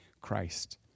Christ